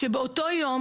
שבאותו יום